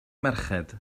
merched